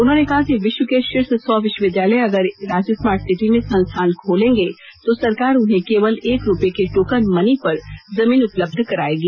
उन्होंने कहा कि विश्व के शीर्ष सौ विश्वविद्यालय अगर रांची स्मार्ट सिटी में संस्थान खोलेंगे तो सरकार उन्हें केवल एक रुपए के टोकन मनी पर जमीन उपलब्ध करायेगी